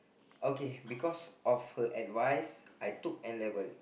okay because of her advice I took N-level